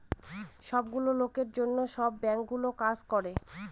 সব গুলো লোকের জন্য সব বাঙ্কগুলো কাজ করে